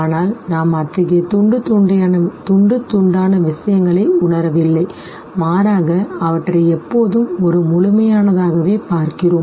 ஆனால் நாம் அத்தகைய துண்டு துண்டான விஷயங்களை உணரவில்லை மாறாக அவற்றை எப்போதும் ஒரு முழுமையானதாகவே பார்க்கிறோம்